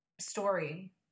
story